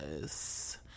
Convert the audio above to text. Yes